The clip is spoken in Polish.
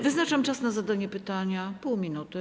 Wyznaczam czas na zadanie pytania - pół minuty.